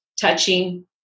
touching